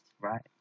Right